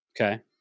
Okay